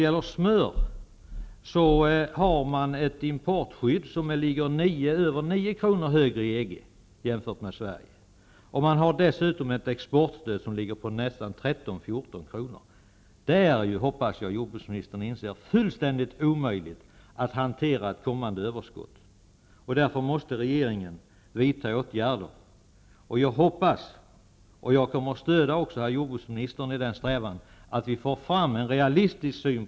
För smör finns inom EG ett importskydd som ligger över 9 kr. högre än det vi har i Sverige. Man har dessutom ett exportstöd som ligger på nästan 13--14 kr. Det är ju -- det hoppas jag att jordbruksministern inser -- fullständigt omöjligt att hantera ett kommande överskott, och därför måste regeringen vidta åtgärder. Jag hoppas att vi får fram en realistisk syn på detta, och jag kommer också att stödja herr jordbruksministern i den strävan.